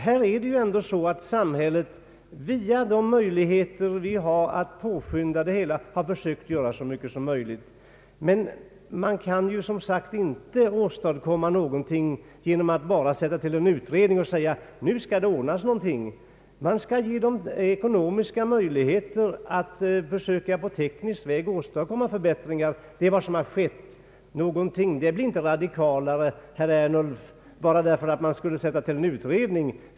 Här har ändå samhället via de resurser vi har att påskynda utvecklingen försökt göra så mycket som möjligt. Men man kan som sagt inte åstadkomma någonting bara genom att sätta till en utredning och säga att nu skall det ordnas någonting. Man skall ge ekono miska möjligheter för forskarna att på teknisk väg försöka åstadkomma förbättringar, och det är vad som skett. Det blir inte radikalare, herr Ernulf, bara därför att man skulle sätta till en utredning.